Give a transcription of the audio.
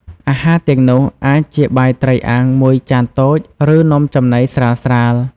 អាហារទាំងនោះអាចជាបាយត្រីអាំងមួយចានតូច ឬនំចំណីស្រាលៗ។